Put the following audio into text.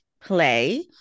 play